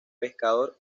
pescador